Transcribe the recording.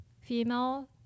female